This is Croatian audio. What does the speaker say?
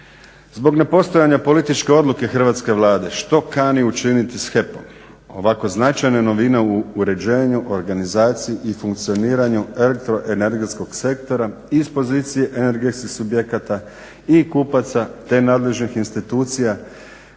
Zbog nepostojanja političke odluke hrvatske Vlade što kani učiniti s HEP-om ovako značajne novine u uređenju, organizaciji i funkcioniranju elektroenergetskog sektora iz pozicije energetskih subjekata i kupaca te nadležnih institucija